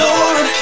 Lord